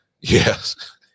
Yes